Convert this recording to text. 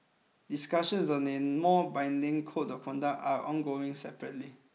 discussions on name more binding Code of Conduct are ongoing separately